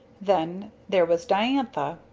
then there was diantha.